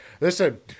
Listen